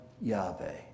Yahweh